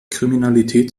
kriminalität